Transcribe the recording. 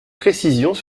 précisions